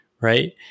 right